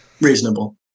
Reasonable